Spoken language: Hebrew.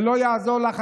זה לא יעזור לך.